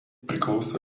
priklausė